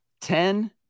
Ten